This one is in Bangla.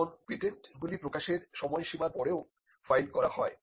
এখন পেটেন্ট গুলি প্রকাশের সময়সীমার পরে ফাইল করা হয়